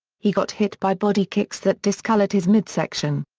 he got hit by body kicks that discolored his midsection.